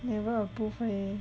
never approve leh